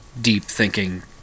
deep-thinking